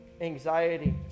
anxiety